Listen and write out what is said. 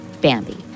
Bambi